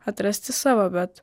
atrasti savo bet